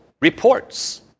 reports